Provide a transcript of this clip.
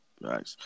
Right